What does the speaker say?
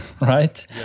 right